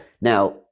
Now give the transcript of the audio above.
Now